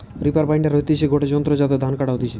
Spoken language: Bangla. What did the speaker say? রিপার বাইন্ডার হতিছে গটে যন্ত্র যাতে ধান কাটা হতিছে